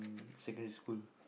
secondary school